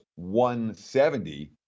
170